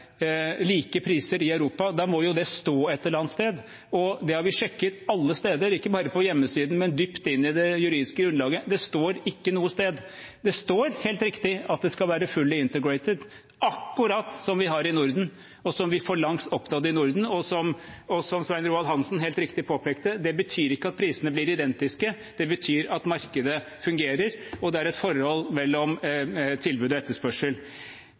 like priser i Europa. Da må jo det stå et eller annet sted. Vi har sjekket alle steder – ikke bare på hjemmesiden, men dypt inne i det juridiske grunnlaget. Det står ikke noe sted. Det står helt riktig at det skal være «fully integrated», akkurat som vi har i Norden, og som vi for lengst har oppnådd i Norden. Og som Svein Roald Hansen helt riktig påpekte betyr ikke det at prisene blir identiske. Det betyr at markedet fungerer, og at det er et forhold mellom tilbud og etterspørsel.